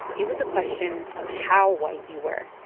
it was a question of how white you were,